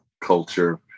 culture